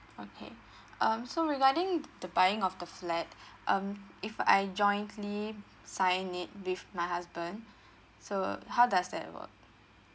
okay um so regarding the buying of the flat um if I jointly sign it with my husband so how does that work